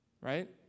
right